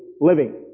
living